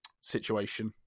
situation